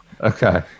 Okay